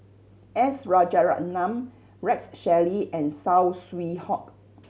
S Rajaratnam Rex Shelley and Saw Swee Hock